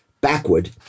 backward